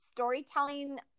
Storytelling